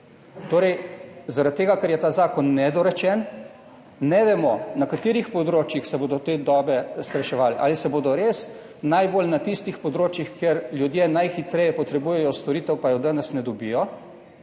Torej, zaradi tega, ker je ta zakon nedorečen, ne vemo na katerih področjih se bodo te dobe skrajševale. Ali se bodo res najbolj na tistih področjih, kjer ljudje najhitreje potrebujejo storitev, pa jo danes ne dobijo?